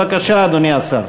בבקשה, אדוני השר.